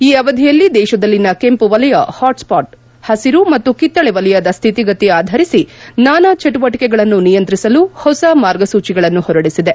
ಈ ಅವಧಿಯಲ್ಲಿ ದೇಶದಲ್ಲಿನ ಕೆಂಪು ವಲಯಹಾಟ್ ಸ್ವಾಟ್ ಹಸಿರು ಮತ್ತು ಕಿತ್ತಳೆ ವಲಯದ ಸ್ಥಿತಿಗತಿ ಆಧರಿಸಿ ನಾನಾ ಚಟುವಟಿಕೆಗಳನ್ನು ನಿಯಂತ್ರಿಸಲು ಹೊಸ ಮಾರ್ಗಸೂಚಿಗಳನ್ನು ಹೊರಡಿಸಿದೆ